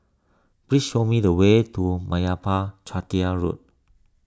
please show me the way to Meyappa Chettiar Road